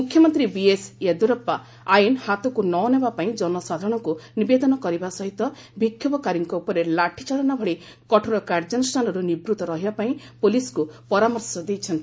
ମୁଖ୍ୟମନ୍ତ୍ରୀ ବିଏସ୍ ୟେଦୁରପ୍ତା ଆଇନ୍ ହାତକୁ ନ ନେବା ପାଇଁ ଜନସାଧାରଣଙ୍କୁ ନିବେଦନ କରିବା ସହିତ ବିକ୍ଷୋଭକାରୀଙ୍କ ଉପରେ ଲାଠି ଚାଳନା ଭଳି କଠୋର କାର୍ଯ୍ୟାନୁଷ୍ଠାନରୁ ନିବୃତ୍ତ ରହିବା ପାଇଁ ପୁଲିସ୍କୁ ପରାମର୍ଶ ଦେଇଛନ୍ତି